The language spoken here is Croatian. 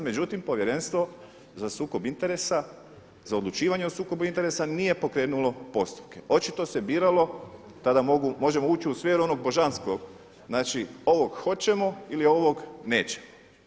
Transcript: Međutim, Povjerenstvo za sukob interesa, za odlučivanje o sukobu interesa nije pokrenulo postupke očito se biralo, tada možemo ući u sferu onog božanskog, znači ovog hoćemo ili ovog nećemo.